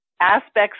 aspects